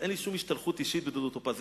אין לי שום השתלחות אישית בדודו טופז,